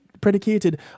predicated